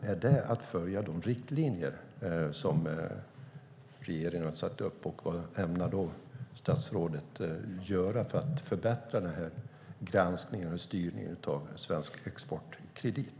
Är det att följa de riktlinjer som regeringen har satt upp, och vad ämnar statsrådet göra för att förbättra denna granskning och styrning av Svensk Exportkredit?